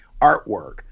artwork